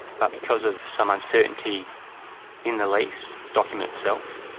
but because of some uncertainty in the lease document itself,